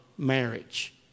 marriage